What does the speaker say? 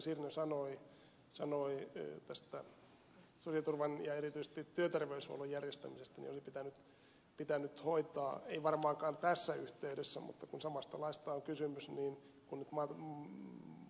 sirnö sanoi tästä sosiaaliturvan ja erityisesti työterveyshuollon järjestämisestä olisi pitänyt hoitaa ei varmaankaan tässä yhteydessä mutta kun samasta laista on kysymys niin kun nyt